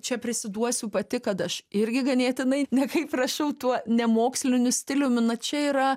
čia prisiduosiu pati kad aš irgi ganėtinai nekaip rašiau tuo nemoksliniu stiliumi na čia yra